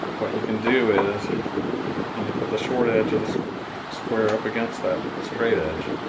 what you can do is when you put the short edge of the square square up against that straight edge,